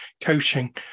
coaching